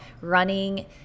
running